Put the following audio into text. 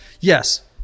yes